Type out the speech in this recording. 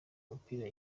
umupira